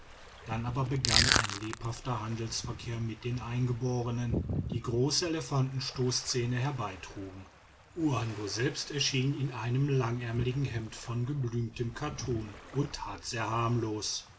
dann aber begann ein lebhafter handelsverkehr mit den eingeborenen die große elefantenstoßzähne herbeitrugen uando selbst erschien in einem langärmeligen hemd von geblümtem kattun und tat sehr harmlos